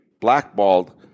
blackballed